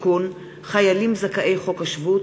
מיקי רוזנטל,